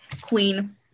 Queen